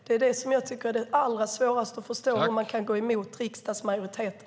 Det är det som jag tycker är det allra svåraste att förstå, hur man kan gå emot riksdagsmajoriteten.